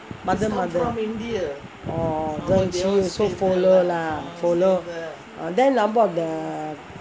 mother mother oh then she also follow lah follow then how about the